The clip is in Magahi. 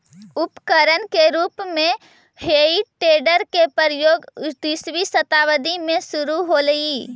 उपकरण के रूप में हेइ टेडर के प्रयोग उन्नीसवीं शताब्दी में शुरू होलइ